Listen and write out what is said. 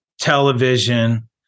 television